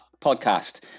podcast